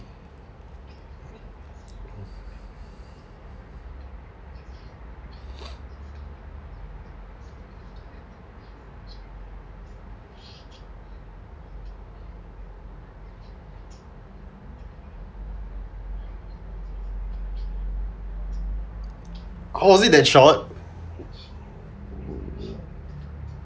cause it than short